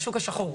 השחור?